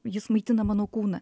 jis maitina mano kūną